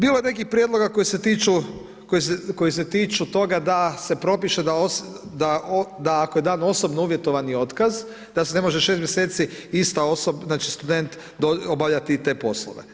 Bilo je nekih prijedloga koji se tiču toga da se propiše da ako je dan osobno uvjetovani otkaz, da se ne može 6 mjeseci ista znači student obavljati te poslove.